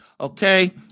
okay